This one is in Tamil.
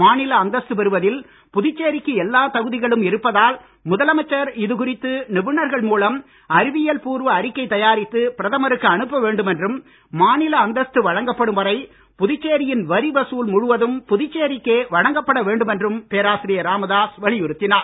மாநில அந்தஸ்து பெறுவதில் புதுச்சேரிக்கு எல்லா தகுதிகளும் இருப்பதால் முதலமைச்சர் இதுகுறித்து நிபுணர்கள் மூலம் அறிவியல் பூர்வ அறிக்கை தயாரித்து பிரதமருக்கு அனுப்ப வேண்டும் என்றும் மாநில அந்தஸ்து வழங்கப்படும் வரை புதுச்சேரியின் வரி வசூல் முழுவதும் புதுச்சேரிக்கே வழங்கப்பட வேண்டும் என்றும் பேராசிரியர் ராமதாஸ் வலியுறுத்தினார்